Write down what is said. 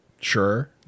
sure